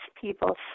people